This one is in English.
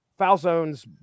Falzone's